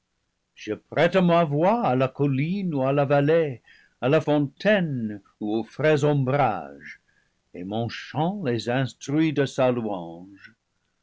je prête ma voix à la colline ou à la vallée à la fontaine ou au frais ombrage et mon chant les instruit de sa louange